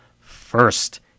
First